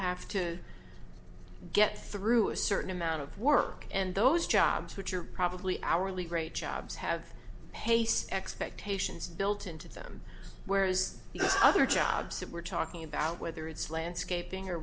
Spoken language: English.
have to get through a certain amount of work and those jobs which are probably hourly rate jobs have pace expectations built into them whereas the other jobs that we're talking about whether it's landscaping or